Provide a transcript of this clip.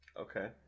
Okay